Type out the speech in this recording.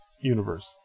Universe